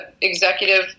executive